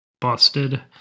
busted